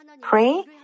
pray